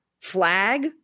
flag